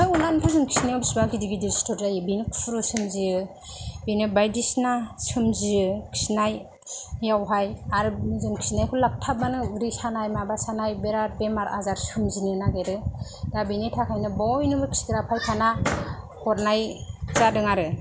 थाम्फै अरनानैथ' जोंङो खिनियाव बिरात गिदिर गिदिर सिथर जायो बेनो खुरु सोमजियो बेनो बायदि सिना सोमजियो खिनायाव हाय आरो जों खिनायखौ लाकथाबबानो उदै सानाय माबा सानाय बिरात बेमार आजार सोमजिनो नागिरो दा बेनि थाखायनो बयनिबो खिग्रा फायखाना हरनाय जादों आरो